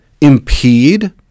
impede